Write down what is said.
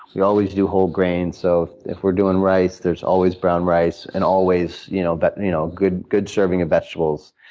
we always do whole grains, so if we're doing rice, there's always brown rice and always you know but you know a good serving of vegetables.